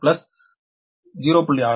62 12